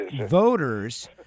voters